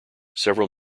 several